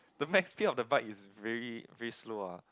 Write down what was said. the max speed of the bike is very very slow really